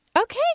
Okay